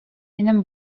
минем